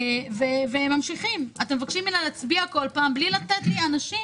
אתם מבקשים ממני להצביע בכל פעם בלי לתת לי אנשים